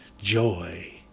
Joy